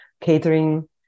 catering